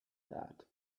that